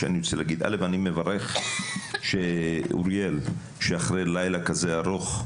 אני מברך אותך שאתה עושה זאת אחרי לילה כזה ארוך,